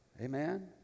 Amen